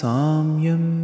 Samyam